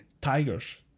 tigers